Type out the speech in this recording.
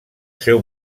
seu